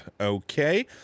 Okay